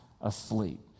asleep